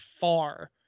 far